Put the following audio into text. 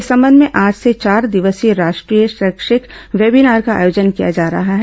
इस संबंध में आज से चार दिवसीय राष्ट्रीय शैक्षिक वेबीनार का आयोजन किया जा रहा है